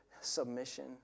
submission